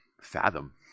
fathom